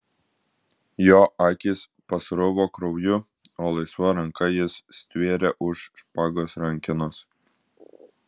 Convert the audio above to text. jo akys pasruvo krauju o laisva ranka jis stvėrė už špagos rankenos